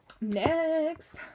Next